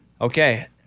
Okay